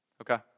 Okay